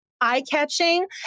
eye-catching